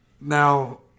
Now